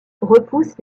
repoussent